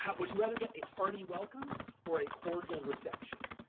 but would you rather get a hearty welcome or a cordial reception?